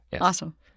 Awesome